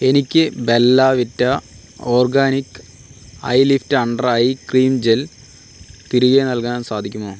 എനിക്ക് Bella Vita organic eye lift under eye cream gel തിരികെ നൽകാൻ സാധിക്കുമോ